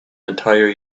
entire